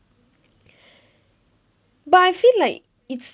but I feel like it's